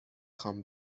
خوام